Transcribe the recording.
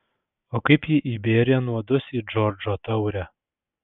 o kaip ji įbėrė nuodus į džordžo taurę